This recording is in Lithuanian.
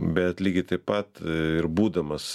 bet lygiai taip pat ir būdamas